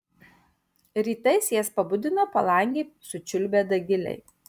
rytais jas pabudina palangėj sučiulbę dagiliai